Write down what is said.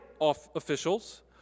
officials